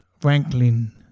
Franklin